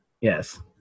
Yes